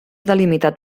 delimitat